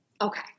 okay